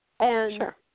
Sure